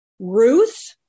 Ruth